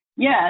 Yes